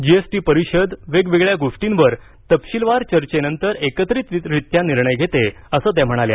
GST परिषद वेगवेगळ्या गोष्टींवर तपशीलवार चर्चांनंतर एकत्रितरित्या निर्णय घेते असं त्या म्हणाल्या